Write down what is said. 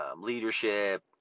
leadership